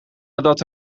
nadat